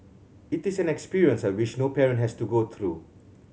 it is an experience I wish no parent has to go through